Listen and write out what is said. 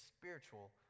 spiritual